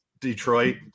Detroit